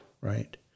right